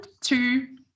two